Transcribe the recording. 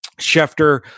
Schefter